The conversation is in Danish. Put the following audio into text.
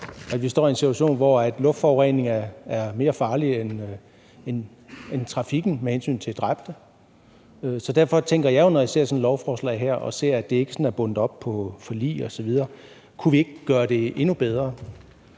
at vi står i en situation, hvor luftforurening er mere farlig end trafikken med hensyn til dræbte. Derfor tænker jeg jo, når jeg ser sådan et lovforslag her og ser, at det ikke sådan er bundet op på forlig osv., om vi ikke kunne gøre det endnu bedre.